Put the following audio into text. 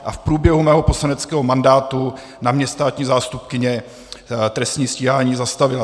A v průběhu mého poslaneckého mandátu na mě státní zástupkyně trestní stíhání zastavila.